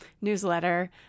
newsletter